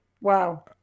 Wow